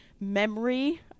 memory